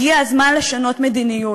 הגיע הזמן לשנות מדיניות,